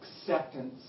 acceptance